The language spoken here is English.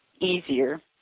easier